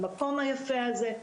המקום היפה הזה,